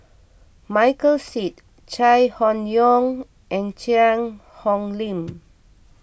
Michael Seet Chai Hon Yoong and Cheang Hong Lim